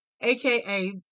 aka